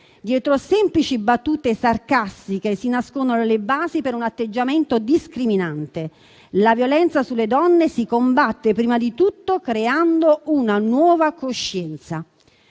Dietro semplici battute sarcastiche si nascondono le basi per un atteggiamento discriminante. La violenza sulle donne si combatte prima di tutto creando una nuova coscienza.